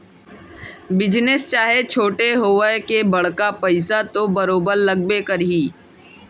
business चाहे छोटे होवय के बड़का पइसा तो बरोबर लगबे करही